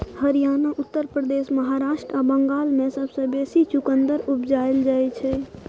हरियाणा, उत्तर प्रदेश, महाराष्ट्र आ बंगाल मे सबसँ बेसी चुकंदर उपजाएल जाइ छै